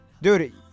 Dude